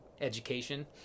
education